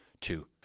two